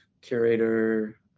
curator